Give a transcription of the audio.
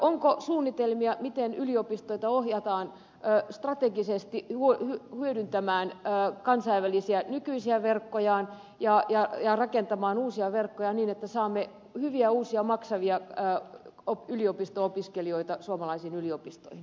onko suunnitelmia miten yliopistoja ohjataan strategisesti hyödyntämään nykyisiä kansainvälisiä verkkojaan ja rakentamaan uusia verkkoja niin että saamme hyviä uusia maksavia yliopisto opiskelijoita suomalaisiin yliopistoihin